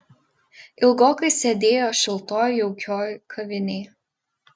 ilgokai sėdėjo šiltoj jaukioj kavinėj